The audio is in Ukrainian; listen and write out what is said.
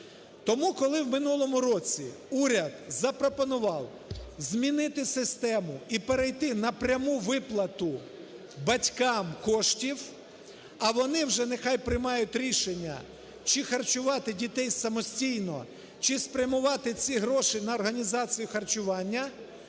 Тому, коли в минулому році уряд запропонував змінити систему і перейти на пряму виплату батькам коштів, а вони вже нехай приймають рішення, чи харчувати дітей самостійно, чи спрямувати ці гроші на організацію харчування.